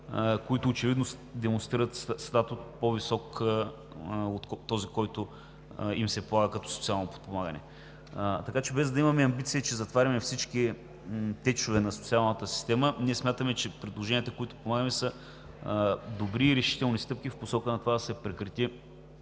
които очевидно демонстрират по-висок статут от този, който им се полага като социално подпомагане. Така че, без да имаме амбициите, затваряме всички течове на социалната система. Смятаме, че предложенията, които предлагаме, са добри и решителни стъпки в посока на това да се прекрати